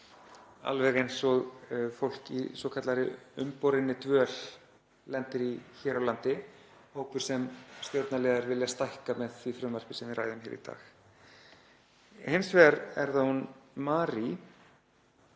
Alveg eins og fólk í svokallaðri umborinni dvöl lendir í hér á landi, hópur sem stjórnarliðar vilja stækka með því frumvarpi sem við ræðum í dag. Hins vegar er það hún Mary.